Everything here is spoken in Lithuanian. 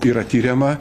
yra tiriama